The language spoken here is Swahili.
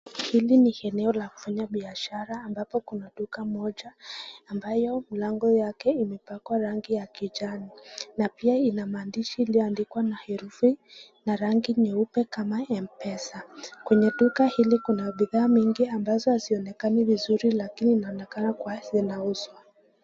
Hili ni eneo la kufanya biashara ambapo kuna duka moja ambayo mlango yake imepakwa rangi ya kijani na pia ina maandishi iliyo andikwa na herufi na rangi nyeupe kama Mpesa, kwenye duka hili kuna bidhaa mingi ambazo hazionekani vizuri lakini inaonekana kuwa zinauzwa.